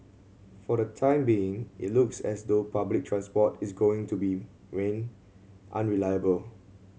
for the time being it looks as though public transport is going to be unreliable